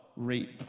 reap